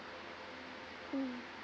mm